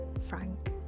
Frank